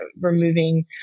removing